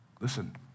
Listen